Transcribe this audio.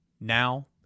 Now